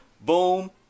Boom